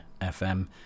FM